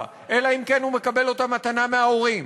אלא אם כן הוא מקבל אותה מתנה מההורים,